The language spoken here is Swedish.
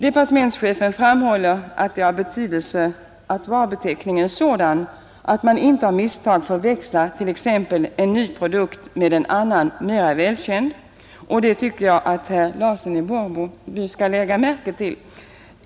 Departementschefen framhåller att det är av betydelse att varubeteckningen är sådan att man inte av misstag förväxlar t.ex. en ny produkt med en annan mera välkänd. Det tycker jag att herr Larsson i Borrby skall lägga märke till.